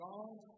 God